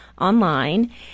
online